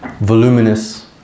voluminous